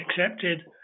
accepted